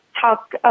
talk